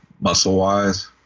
muscle-wise